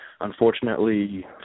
Unfortunately